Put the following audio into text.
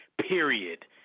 period